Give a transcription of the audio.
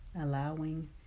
Allowing